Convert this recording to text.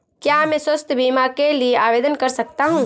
क्या मैं स्वास्थ्य बीमा के लिए आवेदन कर सकता हूँ?